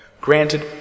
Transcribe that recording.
Granted